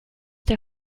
der